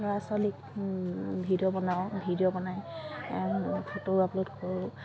ল'ৰা ছোৱালীক ভিডিঅ' বনাওঁ ভিডিঅ' বনাই ফটো আপলোড কৰোঁ